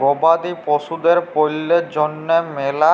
গবাদি পশুদের পল্যের জন্হে মেলা